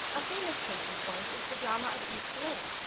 a famous case in point is the drama of east lynne,